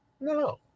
No